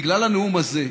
בגלל הנאום הזה,